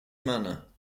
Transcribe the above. manner